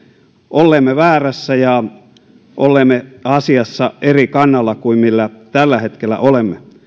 olleemme väärässä ja olleemme asiassa eri kannalla kuin millä tällä hetkellä olemme